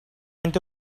into